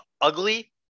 Ugly